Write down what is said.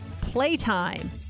Playtime